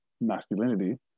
masculinity